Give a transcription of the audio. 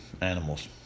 animals